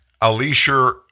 Alisher